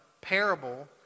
parable